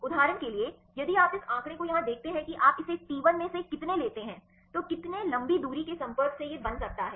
उदाहरण के लिए यदि आप इस आंकड़े को यहां देखते हैं कि आप इसे T1 में से कितने लेते हैं तो कितने लंबी दूरी के संपर्क से यह बन सकता है